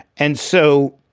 and so.